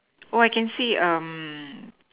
orh I can see um